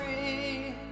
free